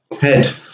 Head